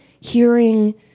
hearing